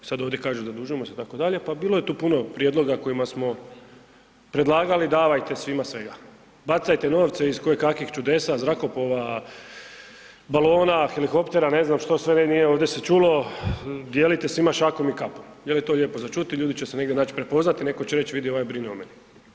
Sad ovdje kažu zadužujemo se itd., pa bilo je tu puno prijedloga kojima smo predlagali davajte svima svega, bacajte novce iz koje kakvih čudesa, zrakoplova, balona, helikoptera ne znam što sve ne nije se ovdje čulo, dijelite svima šakom i kapom jer je to lijepo za čuti, ljudi će se negdje naći, prepoznati i netko će reći vidi ovaj brine o meni, apsolutno jasno.